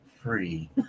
Free